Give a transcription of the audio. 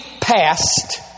past